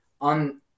on